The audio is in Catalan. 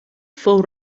fou